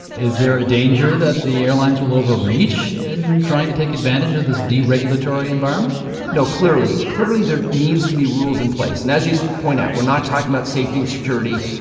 is there a danger that the airlines will overreach in trying to take advantage of this deregulatory environment no, clearly clearly there needs to be rules in place. and as you so point out, we're not talking about safety and security.